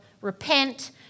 repent